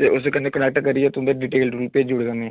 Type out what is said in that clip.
ते उसदे कन्नै कनेक्ट करियै तुं'दे डिटेल डटूल भेजी ओड़गा में